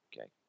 Okay